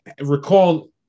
recall